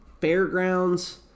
Fairgrounds